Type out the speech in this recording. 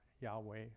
Yahweh